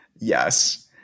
Yes